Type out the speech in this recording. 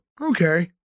okay